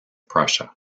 prussia